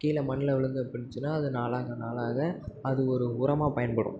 கீழே மண்ணில் விழுந்து போய்டுச்சினா அது நாளாக நாளாக அது ஒரு உரமாக பயன்படும்